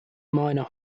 minor